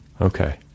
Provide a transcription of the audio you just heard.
Okay